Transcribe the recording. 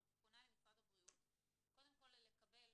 אני פונה אל משרד הבריאות קודם כל לקבל